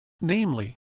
namely